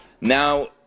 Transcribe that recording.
now